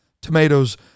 tomatoes